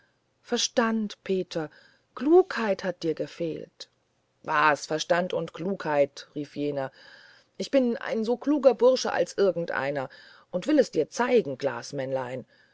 verstand peter klugheit hat dir gefehlt was verstand und klugheit rief jener ich bin ein so kluger bursche als irgendeiner und will es dir zeigen